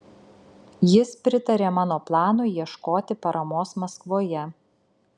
jis pritarė mano planui ieškoti paramos maskvoje